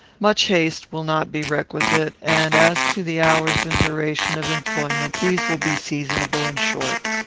much haste will not be requisite, and, as to the hours and duration of employment, these will be seasonable and short.